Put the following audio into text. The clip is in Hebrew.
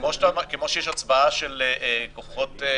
כמו שיש הצבעה של חיילים,